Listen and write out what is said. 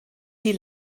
die